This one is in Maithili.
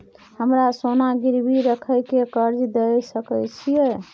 हमरा सोना गिरवी रखय के कर्ज दै सकै छिए?